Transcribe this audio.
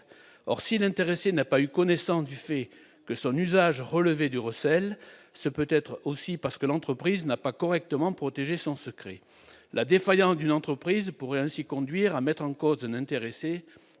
Or, si l'intéressé n'a pas eu connaissance du fait que l'usage de cette information relevait du recel, ce peut être aussi parce que l'entreprise n'a pas correctement protégé son secret. La défaillance d'une entreprise pourrait ainsi conduire à mettre en cause une